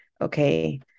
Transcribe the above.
Okay